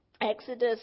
exodus